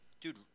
Dude